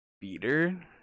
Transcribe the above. beater